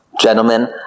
Gentlemen